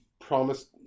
promised